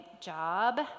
job